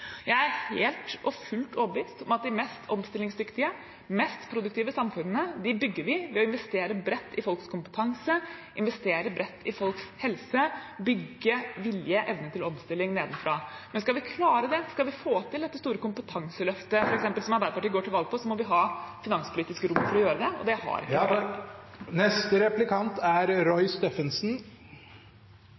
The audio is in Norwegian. Jeg er helt og fullt overbevist om at de mest omstillingsdyktige og mest produktive samfunnene bygges ved å investere bredt i folks kompetanse og folks helse og ved å bygge vilje og evne til omstilling nedenfra. Skal vi klare det og få til f.eks. dette store kompetanseløftet som Arbeiderpartiet går til valg på, må vi ha finanspolitisk rom til å gjøre det, og det har … Da er